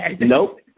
Nope